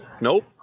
Nope